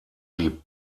die